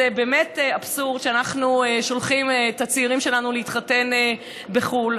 זה אבסורד שאנחנו שולחים את הצעירים שלנו להתחתן בחו"ל.